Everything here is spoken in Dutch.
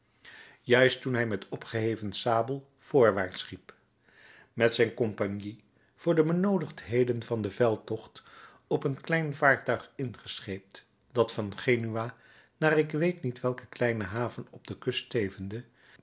juist toen hij met opgeheven sabel voorwaarts riep met zijn compagnie voor de benoodigdheden van den veldtocht op een klein vaartuig ingescheept dat van genua naar ik weet niet welke kleine haven op de kust stevende